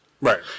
Right